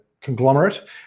conglomerate